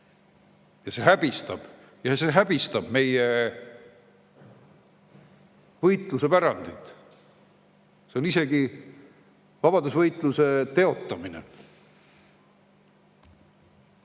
Eesti ajaloos. See häbistab meie võitluse pärandit. See on isegi vabadusvõitluse teotamine.